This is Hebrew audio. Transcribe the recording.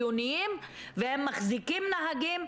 והם מחזיקים נהגים,